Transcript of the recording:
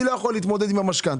אני לא יכול להתמודד עם המשכנתא,